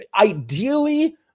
ideally